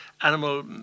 animal